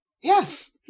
Yes